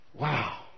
Wow